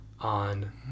on